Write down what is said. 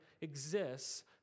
exists